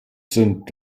sind